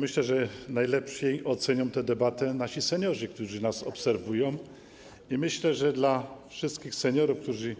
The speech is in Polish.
Myślę, że najlepiej ocenią tę debatę nasi seniorzy, którzy nas obserwują, i że dla wszystkich seniorów, którzy